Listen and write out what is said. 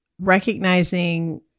recognizing